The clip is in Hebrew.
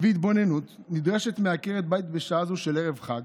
והתבוננות נדרשת מעקרת בית בשעה זו של ערב חג